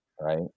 right